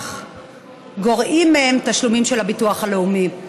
לכך גורעים מהן תשלומים של הביטוח הלאומי.